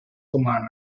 humana